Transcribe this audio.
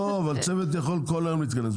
לא, אבל צוות יכול כל היום להתכנס.